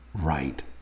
Right